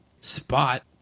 spot